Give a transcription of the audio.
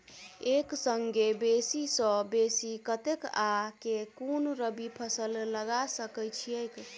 एक संगे बेसी सऽ बेसी कतेक आ केँ कुन रबी फसल लगा सकै छियैक?